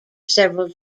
several